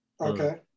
Okay